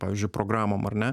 pavyzdžiui programom ar ne